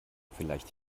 vielleicht